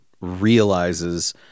realizes